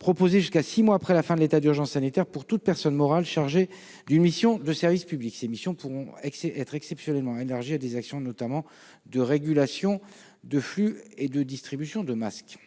proposées jusqu'à six mois après la fin de l'état d'urgence sanitaire pour toute personne morale chargée d'une mission de service public. Elles pourraient être exceptionnellement élargies à des actions, notamment, de régulation de flux et de distribution de masques.